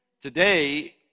Today